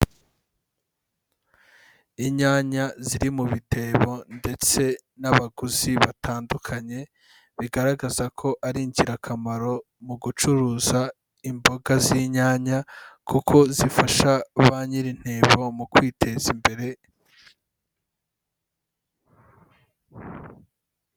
Inyanya ziri mu bitebo ndetse n'abaguzi batandukanye bigaragaza ko ari ingirakamaro mu gucuruza imboga z'inyanya kuko zifasha ba nyir'intebo mu kwiteza imbere.